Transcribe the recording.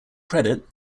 credit